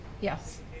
Yes